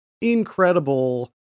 incredible